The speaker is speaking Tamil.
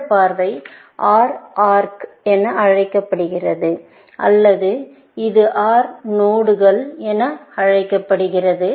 இந்த பார்வை OR ஆா்க் என அழைக்கப்படுகிறது அல்லது இது OR நோடுகள் என அழைக்கப்படும்